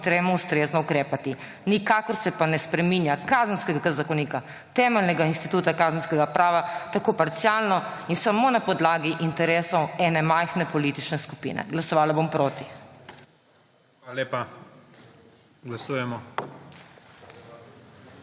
in temu ustrezno ukrepati. Nikakor se pa ne spreminja Kazenskega zakonika, temeljnega instituta kazenskega prava, tako parcialno in samo na podlagi interesov ene majhne politične skupine. Glasovala bom proti. PREDSEDNIK IGOR